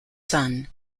son